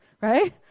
right